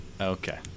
Okay